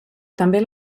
també